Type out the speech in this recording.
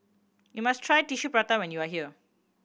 you must try Tissue Prata when you are here